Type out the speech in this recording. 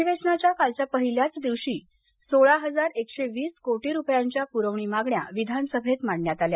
अधिवेशनाच्या कालच्या पहिल्याच दिवशी सोळा हजार एकशे वीस कोटी रुपयांच्या प्रवणी मागण्या विधानसभेत मांडण्यात आल्या